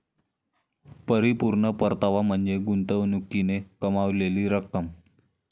परिपूर्ण परतावा म्हणजे गुंतवणुकीने कमावलेली रक्कम